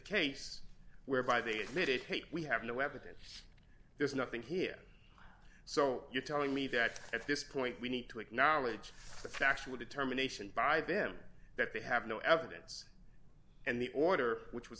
case whereby they admitted kate we have no evidence there's nothing here so you're telling me that at this point we need to acknowledge the factual determination by them that they have no evidence and the order which was